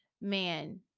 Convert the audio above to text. man